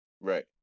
right